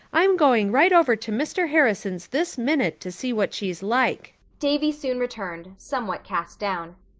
i'm going right over to mr. harrison's this minute to see what she's like. davy soon returned, somewhat cast down.